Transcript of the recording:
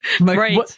Right